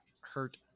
hurt